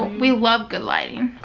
we love good lighting.